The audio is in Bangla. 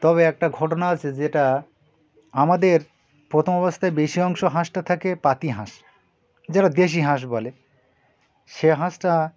তবে একটা ঘটনা আছে যেটা আমাদের প্রথম অবস্থায় বেশি অংশ হাঁসটা থাকে পাতি হাঁস যেটা দেশি হাঁস বলে সে হাঁসটা